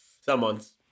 Someone's